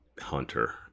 hunter